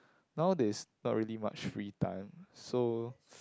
now there's not really much free time so